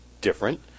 different